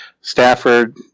Stafford